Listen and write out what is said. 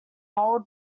old